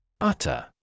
Utter